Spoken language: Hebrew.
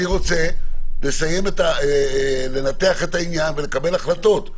אני רוצה לנתח את העניין ולקבל החלטות,